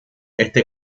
esta